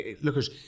lookers